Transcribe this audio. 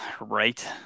right